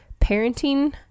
parenting